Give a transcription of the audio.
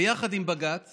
ביחד עם בג"ץ